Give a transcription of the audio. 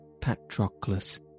Patroclus